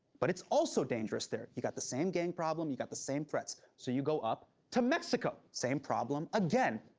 but it's also dangerous there. you got the same gang problem. you got the same threats. so you go up to mexico, same problem again.